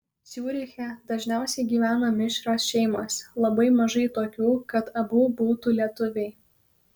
ciuriche dažniausiai gyvena mišrios šeimos labai mažai tokių kad abu būtų lietuviai